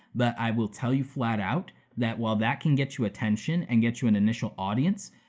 but i will tell you flat out, that while that can get you attention and get you an initial audience,